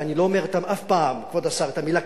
ואני לא אומר אף פעם, כבוד השר, את המלה "כיבוש",